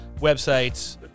websites